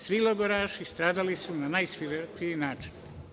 Svi logoraši stradali su na najsvirepiji način.